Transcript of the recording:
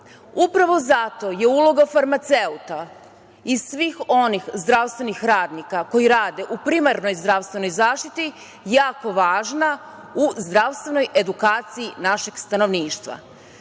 Upravo zato je uloga farmaceuta i svih onih zdravstvenih radnika koji rade u primarnoj zdravstvenoj zaštiti jako važno u zdravstvenoj edukaciji našeg stanovništva. Mi